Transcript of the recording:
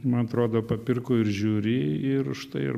man atrodo papirko ir žiūri ir už tai ir